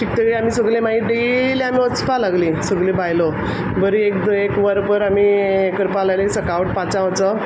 शिकतगी आमी सगलीं माय डेली आमी वचपा लागलीं सगलीं बायलो बरी एक दर एक वर पर आमी यें करपा लागलीं सकाळ उठ पांचा वचप